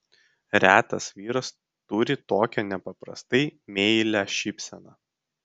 retas vyras turi tokią nepaprastai meilią šypseną